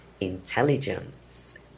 intelligence